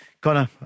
Connor